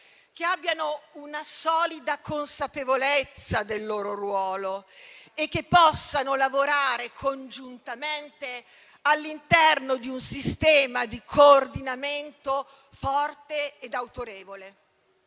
che abbiano una solida consapevolezza del loro ruolo e che possano lavorare congiuntamente all'interno di un sistema di coordinamento forte ed autorevole,